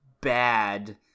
bad